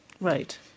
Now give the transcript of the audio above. Right